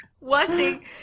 watching